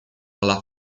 alla